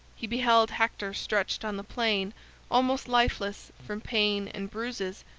he beheld hector stretched on the plain almost lifeless from pain and bruises,